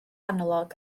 analog